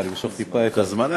למשוך טיפה את הזמן,